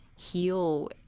heal